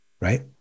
right